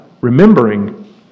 remembering